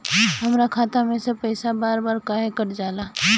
हमरा खाता में से पइसा बार बार काहे कट जाला?